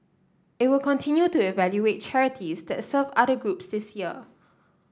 it will continue to evaluate charities that serve other groups this year